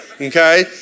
okay